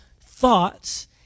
thoughts